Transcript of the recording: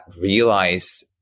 realize